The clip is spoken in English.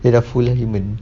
dia dah full human